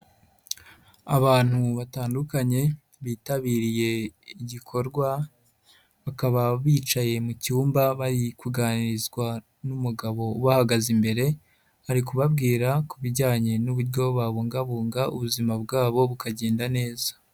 Abantu batandukanye, bitabiriye igikorwa, bakaba bicaye mu cyumba bari kuganirizwa n'umugabo ubahagaze imbere, ari kubabwira ku bijyanye n'uburyo babungabunga ubuzima bwabo bukagenda neza.